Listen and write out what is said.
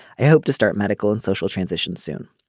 i hope to start medical and social transition soon.